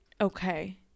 okay